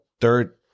third-